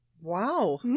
Wow